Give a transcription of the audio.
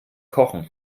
kochen